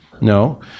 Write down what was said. No